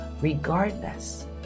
regardless